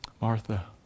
Martha